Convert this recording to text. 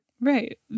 Right